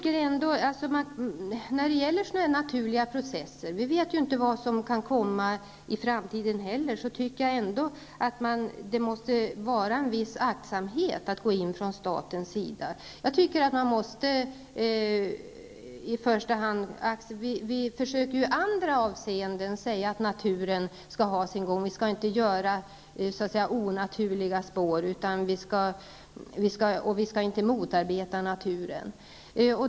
När det gäller sådana naturliga processer vet vi ju inte vad som kan ske i framtiden. Men jag tycker ändå att staten måste iaktta en viss aktsamhet i fråga om att gå in i sådana sammanhang. I andra sammanhang brukar vi ju säga att man skall låta naturen ha sin gång och att vi inte skall göra onaturliga spår eller motarbeta naturen.